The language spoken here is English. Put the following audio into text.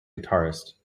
guitarist